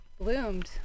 bloomed